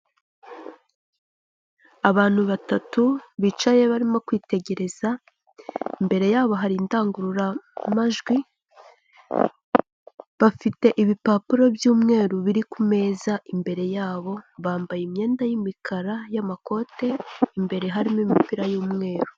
Abantu batatu bicaye barimo kwitegereza imbere yabo hari indangururamajwi, bafite ibipapuro by'umweru biri kumeza imbere yabo bambaye imyenda y'imikara y'amakote, imbere harimo imipira y'umweru.